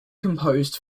composed